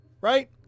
right